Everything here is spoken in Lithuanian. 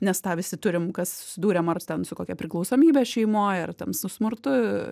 nes tą visi turim kas susidūrėm ar ten su kokia priklausomybe šeimoj ar ten su smurtu